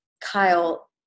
Kyle